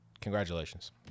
congratulations